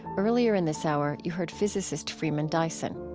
earlier in this hour you heard physicist freeman dyson.